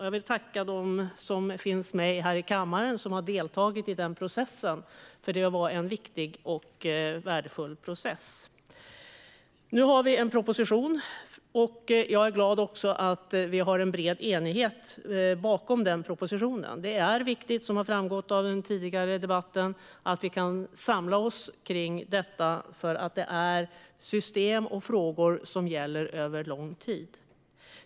Jag vill tacka dem som finns här i kammaren som har deltagit i denna process, för den var viktig och värdefull. Nu har vi en proposition, och jag är glad att vi har bred enighet bakom den. Som framgått tidigare i debatten är det viktigt att vi kan samla oss kring detta, för detta är system och frågor som gäller över lång tid.